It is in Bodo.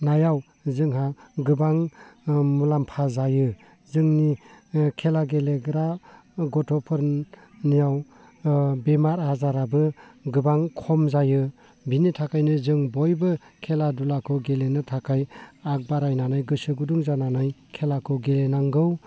नायाव जोंहा गोबां मुलाम्फा जायो जोंनि खेला गेलेग्रा गथ'फोरनियाव बेमार आजाराबो गोबां खम जायो बेनि थाखायनो जों बयबो खेला दुलाखौ गेलेनो थाखाय आग बारायनानै गोसो गुदुं जानानै खेलाखौ गेलेनांगौ